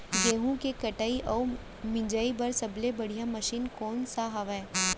गेहूँ के कटाई अऊ मिंजाई बर सबले बढ़िया मशीन कोन सा हवये?